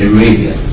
Arabia